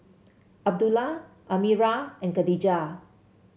Abdullah Amirah and Khadija